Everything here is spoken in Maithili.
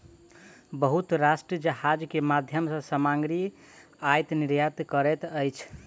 बहुत राष्ट्र जहाज के माध्यम सॅ सामग्री आयत निर्यात करैत अछि